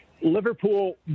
Liverpool